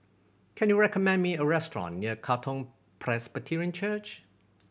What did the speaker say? can you recommend me a restaurant near Katong Presbyterian Church